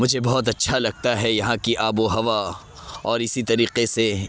مجھے بہت اچھا لگتا ہے یہاں کی آب و ہوا اور اسی طریقے سے